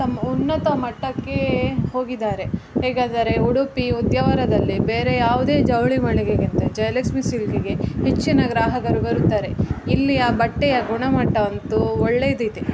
ತಮ್ಮ ಉನ್ನತ ಮಟ್ಟಕ್ಕೆ ಹೋಗಿದ್ದಾರೆ ಹೇಗಾದರೆ ಉಡುಪಿ ಉದ್ಯಾವರದಲ್ಲಿ ಬೇರೆ ಯಾವುದೇ ಜವಳಿ ಮಳಿಗೆಗಿಂತ ಜಯಲಕ್ಷ್ಮಿ ಸಿಲ್ಕಿಗೆ ಹೆಚ್ಚಿನ ಗ್ರಾಹಕರು ಬರುತ್ತಾರೆ ಇಲ್ಲಿಯ ಬಟ್ಟೆಯ ಗುಣಮಟ್ಟ ಅಂತು ಒಳ್ಳೆದಿದೆ